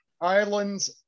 Ireland